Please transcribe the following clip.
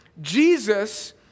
Jesus